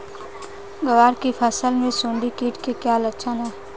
ग्वार की फसल में सुंडी कीट के क्या लक्षण है?